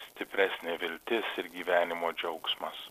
stipresnė viltis ir gyvenimo džiaugsmas